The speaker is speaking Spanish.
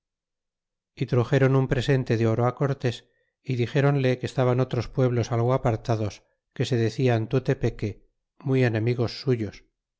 y truxéron un presente de oro cortés y dixéronle que estaban otros pueblos algo apartados que se decían tutepeque muy enemigos suyos